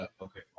Okay